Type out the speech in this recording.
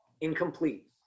incomplete